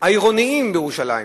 העירוניים בירושלים,